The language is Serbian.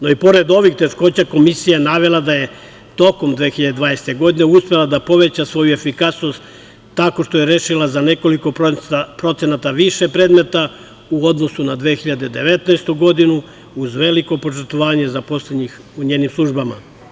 No, i pored ovih teškoća, Komisija je navela da je tokom 2020. godine uspela da poveća svoju efikasnost tako što je rešila za nekoliko procenata više predmeta u odnosu na 2019. godinu, uz veliko požrtvovanje zaposlenih u njenim službama.